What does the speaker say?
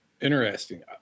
Interesting